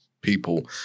people